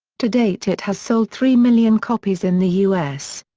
to date it has sold three million copies in the u s.